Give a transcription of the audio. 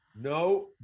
No